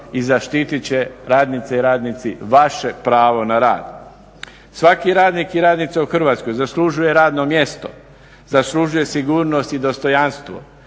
i zaštitit će radnice i radnici vaše pravo na rad. Svaki radnik i radnica u Hrvatskoj zaslužuje radno mjesto, zaslužuje sigurnost i dostojanstvo.